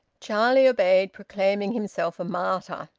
charlie obeyed, proclaiming himself a martyr.